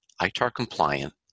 ITAR-compliant